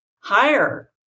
Higher